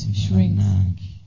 shrinks